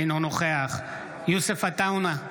אינו נוכח יוסף עטאונה,